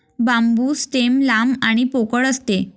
बांबू stem लांब आणि पोकळ असते